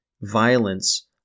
violence